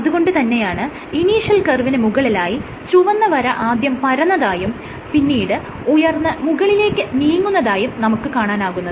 അതുകൊണ്ട് തന്നെയാണ് ഇനീഷ്യൽ കർവിന് മുകളിലായി ചുവന്ന വര ആദ്യം പരന്നതായും പിന്നീട് ഉയർന്ന് മുകളിലേക്ക് നീങ്ങുന്നതായും നമുക്ക് കാണാനാകുന്നത്